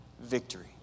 Victory